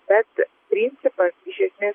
bet principas iš esmės